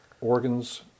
organs